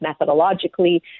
methodologically